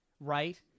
Right